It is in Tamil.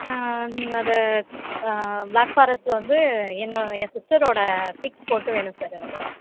அதை பிளாக் ஃபாரஸ்ட்டில் வந்து என்னோட ஏ சிஸ்டர்ரோட பிக் போட்டு வேணும் சார் எனக்கு